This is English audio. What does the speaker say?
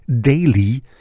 daily